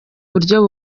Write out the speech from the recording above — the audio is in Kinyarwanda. buryo